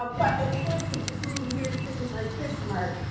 ah but it had people doing weird things like this, mark,